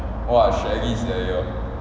!wah! sia you all